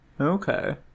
okay